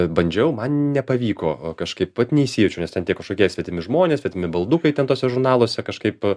bandžiau man nepavyko kažkaip vat neįsijaučiu nes ten tie kažkokie svetimi žmonės svetimi baldukai ten tuose žurnaluose kažkaip